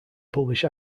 publish